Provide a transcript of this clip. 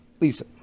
Lisa